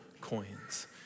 coins